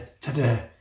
today